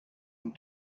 and